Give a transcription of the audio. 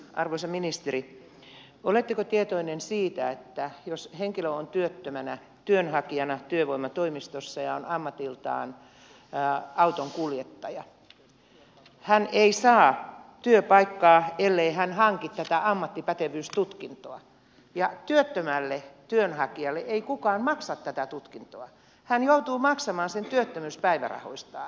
arvoisa ministeri oletteko tietoinen siitä että jos henkilö on työttömänä työnhakijana työvoimatoimistossa ja on ammatiltaan autonkuljettaja hän ei saa työpaikkaa ellei hän hanki tätä ammattipätevyystutkintoa ja että työttömälle työnhakijalle ei kukaan maksa tätä tutkintoa hän joutuu maksamaan sen työttömyyspäivärahoistaan